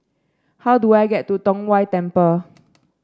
how do I get to Tong Whye Temple